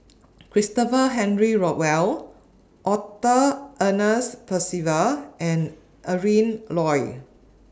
Christopher Henry Rothwell Arthur Ernest Percival and Adrin Loi